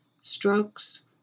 strokes